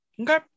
okay